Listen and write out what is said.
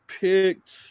picked